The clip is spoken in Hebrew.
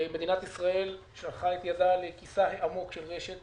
מדינת ישראל שלחה את ידה לכיסה העמוק של רש"ת,